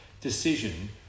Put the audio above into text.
decision